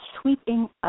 sweeping